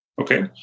Okay